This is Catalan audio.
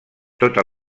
tota